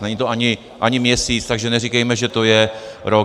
Není to ani měsíc, takže neříkejme, že to je rok.